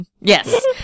Yes